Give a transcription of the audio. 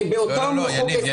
ובאותו חוק ההסדרים --- לא,